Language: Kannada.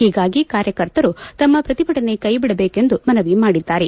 ಹೀಗಾಗಿ ಕಾರ್ಯಕರ್ತರು ತಮ್ಮ ಪ್ರತಿಭಟನೆ ಕೈಬಿಡಬೇಕೆಂದು ಮನವಿ ಮಾಡಿದ್ದಾರೆ